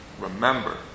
remember